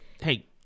hey